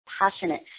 passionate